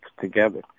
together